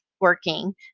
working